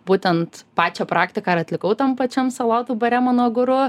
būtent pačią praktiką ir atlikau tam pačiam salotų bare mano guru